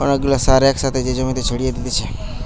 অনেক গুলা সার এক সাথে যে জমিতে ছড়িয়ে দিতেছে